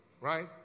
right